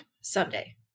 Someday